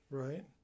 right